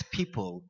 people